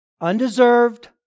undeserved